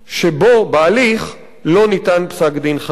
שבו, בהליך, לא ניתן פסק-דין חלוט.